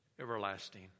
Everlasting